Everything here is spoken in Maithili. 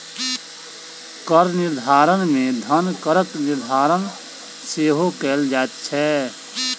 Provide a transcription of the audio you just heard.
कर निर्धारण मे धन करक निर्धारण सेहो कयल जाइत छै